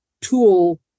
tool